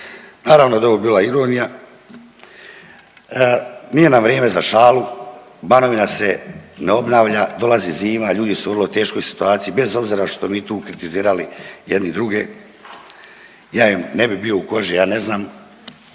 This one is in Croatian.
Naravno da je ovo bila ironija, nije nam vrijeme za šalu, Banovina se ne obnavlja, dolazi zima, ljudi su u vrlo teškoj situaciji bez obzira što mi tu kritizirali jedni druge, ja im ne bih bio u kožu, ja ne znam,